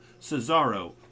Cesaro